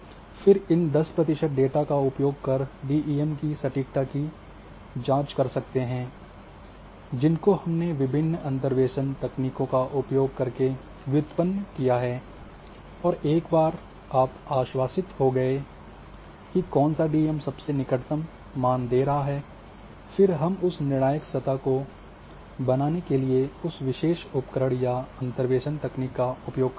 फिर इन 10 प्रतिशत डेटा का उपयोग कर डीईएम की सटीकता की जांच कर सकते हैं जिनको हमने विभिन्न अंतर्वेशन तकनीकों का उपयोग करके व्युत्पन्न किया है और एक बार आप आश्वासित हो गये कि कौन सा डीईएम सबसे निकटतम मान दे रहा है फिर हम उस निर्णायक सतह को बनाने के लिए उस विशेष उपकरण या अंतर्वेशन तकनीक का उपयोग करते हैं